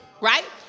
right